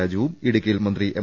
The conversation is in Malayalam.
രാജുവും ഇടുക്കിയിൽ മന്ത്രി എം